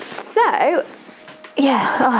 so yeah,